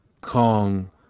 Kong